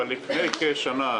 אבל לפני כשנה,